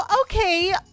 okay